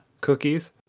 cookies